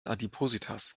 adipositas